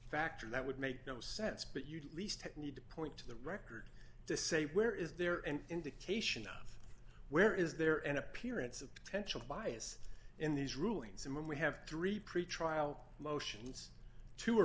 factor that would make no sense but you'd least take need to point to the record to say where is there an indication of where is there an appearance of potential bias in these rulings and when we have three pretrial motions two wer